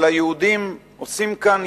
אבל היהודים עושים כאן,